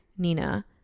Nina